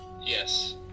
Yes